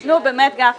נו, באמת, גפני.